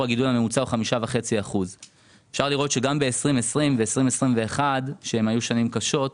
שב-2021 וגם ב-2021, שאלו היו שנים קשות,